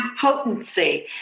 potency